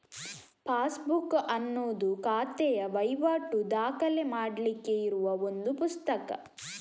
passbook ಅನ್ನುದು ಖಾತೆಯ ವೈವಾಟು ದಾಖಲೆ ಮಾಡ್ಲಿಕ್ಕೆ ಇರುವ ಒಂದು ಪುಸ್ತಕ